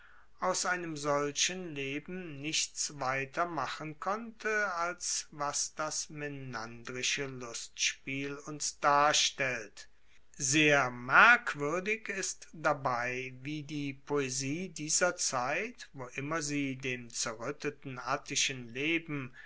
aus einem solchen leben nichts weiter machen konnte als was das menandrische lustspiel uns darstellt sehr merkwuerdig ist dabei wie die poesie dieser zeit wo immer sie dem zerruetteten attischen leben